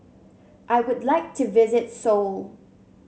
I would like to visit Seoul